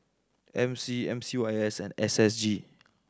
M C M C Y S and S S G